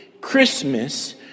Christmas